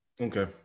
Okay